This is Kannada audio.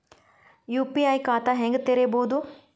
ಯು.ಪಿ.ಐ ಖಾತಾ ಹೆಂಗ್ ತೆರೇಬೋದು?